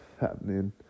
happening